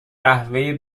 قهوه